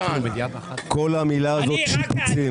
כל המילה הזאת שיפוצים --- צחי,